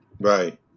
Right